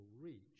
reach